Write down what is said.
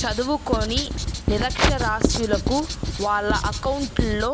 చదువుకోని నిరక్షరాస్యులకు వాళ్ళ అకౌంట్లలో